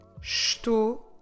estou